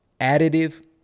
additive